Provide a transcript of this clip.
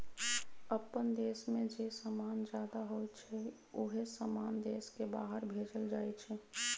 अप्पन देश में जे समान जादा होई छई उहे समान देश के बाहर भेजल जाई छई